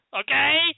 okay